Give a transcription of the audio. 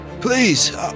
please